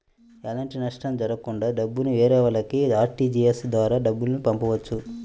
ఎలాంటి నష్టం జరగకుండా డబ్బుని వేరొకల్లకి ఆర్టీజీయస్ ద్వారా డబ్బుల్ని పంపొచ్చు